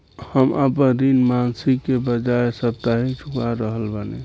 हम आपन ऋण मासिक के बजाय साप्ताहिक चुका रहल बानी